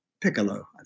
piccolo